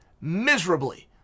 miserably